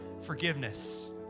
forgiveness